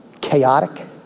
chaotic